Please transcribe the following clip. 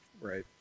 Right